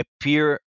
appear